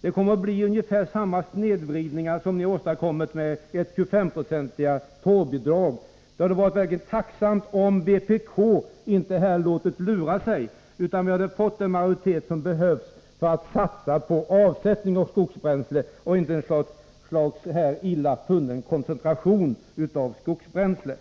Det kommer att bli ungefär samma snedvridningar som ni åstadkommit med ert 25-procentiga torvbidrag. Det hade varit tacknämligt om vpk inte låtit lura sig, utan vi i stället hade fått den majoritet som behövts för att kunna satsa på avsättning av skogsbränsle och inte ett slags illa funnen koncentration av skogsbränsle.